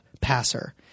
passer